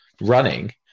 running